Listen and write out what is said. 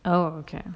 oh okay